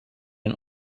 and